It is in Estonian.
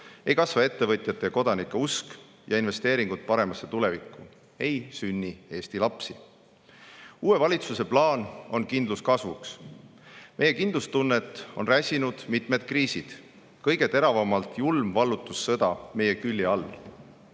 ei kasva ettevõtjate ja kodanike usk ja investeeringud paremasse tulevikku, ei sünni Eesti lapsi. Uue valitsuse plaan on kindlus kasvuks. Meie kindlustunnet on räsinud mitmed kriisid. Kõige teravamalt julm vallutussõda meie külje all.